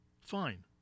Fine